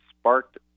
sparked